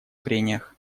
прениях